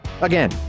Again